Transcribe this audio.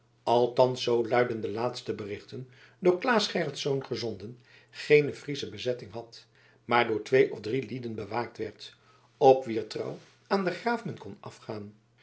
althans zoo luidden de laatste berichten door claes gerritsz gezonden geene friesche bezetting had maar door twee of drie lieden bewaakt werd op wier trouw aan den graaf men kon afgaan